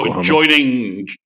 joining